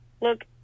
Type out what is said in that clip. look